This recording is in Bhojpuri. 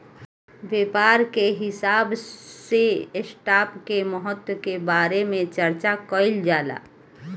व्यापार के हिसाब से स्टॉप के महत्व के बारे में चार्चा कईल जाला